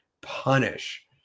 punish